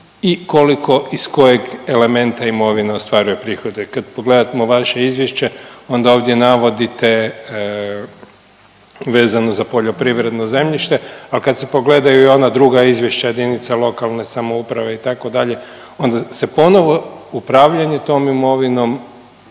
i koliko iz kojeg elementa imovine ostvaruje prihode? Kad pogledamo vaše izvješće onda ovdje navodite vezano za poljoprivredno zemljište, a kad se pogledaju i ona druga izvješća JLS itd. onda se ponovo upravljanje tom imovinom